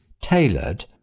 tailored